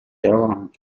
around